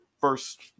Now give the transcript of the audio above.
first